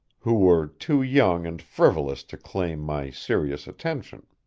who were too young and frivolous to claim my serious attention.